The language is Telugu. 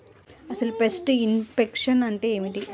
అసలు పెస్ట్ ఇన్ఫెక్షన్ అంటే ఏమిటి?